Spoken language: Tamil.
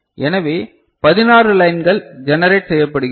எனவே 16 லைன்கள் ஜெனேரேட் செய்யப்படுகிறது